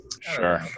sure